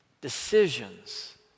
Decisions